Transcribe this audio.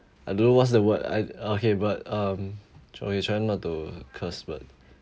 I don't know what's the word I okay but um sorry trying not to curse word